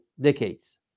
decades